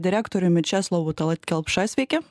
direktoriumi česlovu talat kelpša sveiki